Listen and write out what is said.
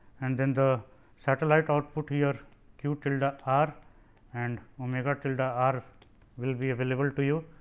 and then the satellite output here q tilde r r and omega tilde r r will be available to you.